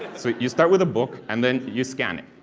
so, you start with a book, and then you scan it.